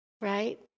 right